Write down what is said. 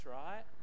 right